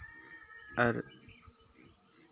ᱟᱨ